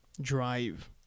Drive